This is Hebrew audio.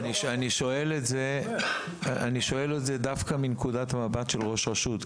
אני שואל את זה דווקא מנקודת המבט של ראש רשות.